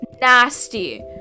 nasty